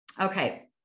Okay